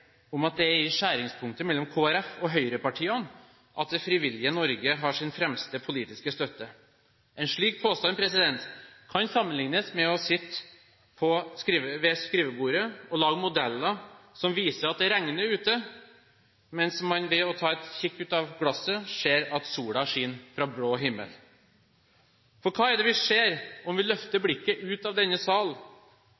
at det er i skjæringspunktet mellom Kristelig Folkeparti og høyrepartiene at det frivillige Norge har sin fremste politiske støtte. En slik påstand kan sammenliknes med å sitte ved skrivebordet og lage modeller som viser at det regner ute, mens man ved å kikke ut av vinduet ser at sola skinner fra blå himmel. For hva er det vi ser om vi løfter